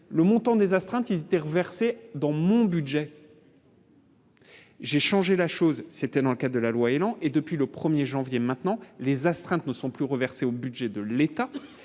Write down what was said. le montant des astreintes, il dans mon budget. J'ai changé la chose, c'est une enquête de la loi élan et depuis le 1er janvier maintenant les astreintes ne sont plus reversé au budget de l'État,